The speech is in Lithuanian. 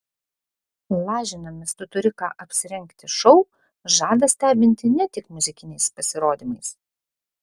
lažinamės tu turi ką apsirengti šou žada stebinti ne tik muzikiniais pasirodymais